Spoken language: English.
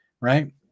Right